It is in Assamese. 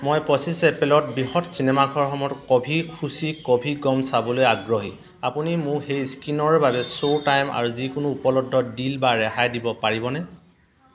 মই পঁচিছ এপ্ৰিলত বৃহৎ চিনেমাঘৰসমূহত কভি খুছি কভি গম চাবলৈ আগ্ৰহী আপুনি মোক সেই স্ক্ৰীনিংৰ বাবে শ্ব' টাইম আৰু যিকোনো উপলব্ধ ডিল বা ৰেহাই দিব পাৰিবনে